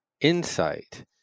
insight